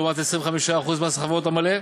לעומת 25% מס החברות המלא.